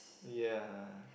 ya